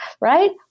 right